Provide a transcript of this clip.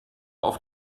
auf